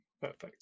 perfect